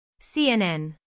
CNN